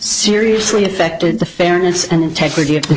seriously affected the fairness and integrity of